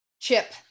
Chip